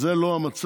זה לא המצב